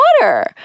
water